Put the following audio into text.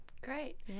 Great